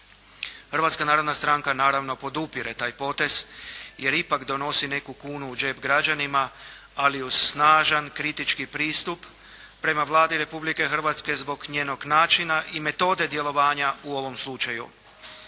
Hrvatska narodna stranka naravno podupire taj potez, jer ipak donosi neku kunu u džep građanima, ali uz snažan kritički pristup prema Vladi Republike Hrvatske zbog njenog načina i metode djelovanja u ovom slučaju.